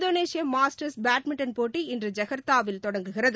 Indonesia Masters badminton போட்டி இன்றுஜெகார்த்தாவில் தொடங்குகிறது